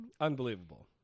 Unbelievable